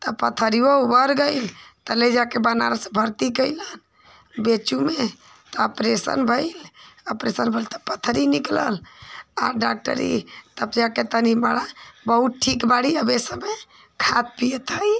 ता पथरियो उभर गइल तौ लइ जाके बनारस भर्ती कइलन बेचू में तो ऑपरेशन भइल ऑपरेशन भइल तो पथरी निकलल और डॉक्टरी तब जाके तनी बड़ा बहुत ठीक बाड़ी अब सबे खात पियत हइ